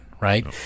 right